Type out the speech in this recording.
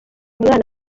umwana